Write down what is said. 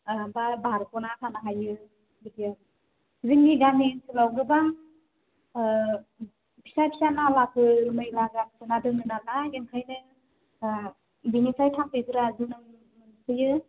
ओमफ्राय बारग'ना थानो हायो बिदि आरो जोंनि गामि ओनसोलाव गोबां फिसा फिसा नालाफोर मैला गारसोना दोनो नालाय ओंखायनो बेनिफ्राय थामफैफोर जोनोम मोनफैयोन